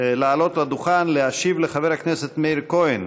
לעלות לדוכן, להשיב לחבר הכנסת מאיר כהן.